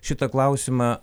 šitą klausimą